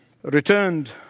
returned